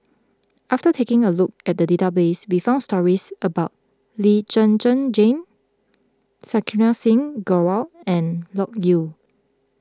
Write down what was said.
after taking a look at the database we found stories about Lee Zhen Zhen Jane Santokh Singh Grewal and Loke Yew